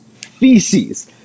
feces